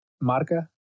Marca